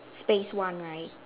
space one right